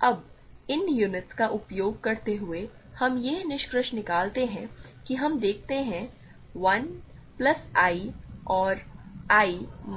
तो अब इन यूनिट्स का उपयोग करते हुए हम यह निष्कर्ष निकालते हैं कि हम देखते हैं 1 प्लस i और i